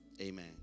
Amen